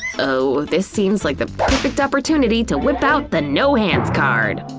oh, this seems like the perfect opportunity to whip out the no-hands card!